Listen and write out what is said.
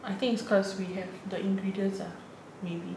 I think it's because we have the ingredients ah maybe